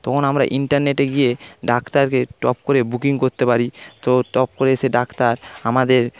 তখন আমরা ইন্টারনেটে গিয়ে ডাক্তারকে টপ করে বুকিং করতে পারি তো টপ করে সে ডাক্তার আমাদের